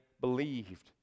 believed